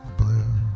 blue